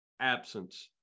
absence